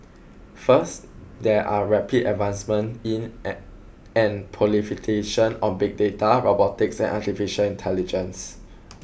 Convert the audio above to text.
first there are rapid advancements in at and of big data robotics and artificial intelligence